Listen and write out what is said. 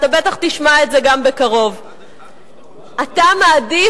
אתה בטח תשמע את זה גם בקרוב: אתה מעדיף